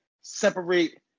separate